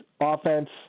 offense